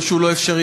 לא שהוא לא אפשרי,